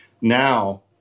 now